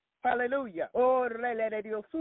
Hallelujah